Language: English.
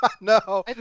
No